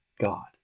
God